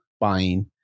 buying